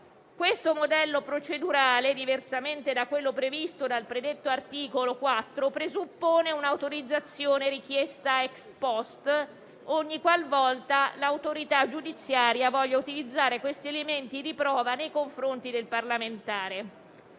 Questo modello procedurale, diversamente da quello previsto dal predetto articolo 4, presuppone un'autorizzazione richiesta *ex post* ogni qualvolta l'autorità giudiziaria voglia utilizzare questi elementi di prova nei confronti del parlamentare.